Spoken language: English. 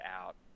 out